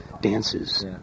dances